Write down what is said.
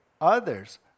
others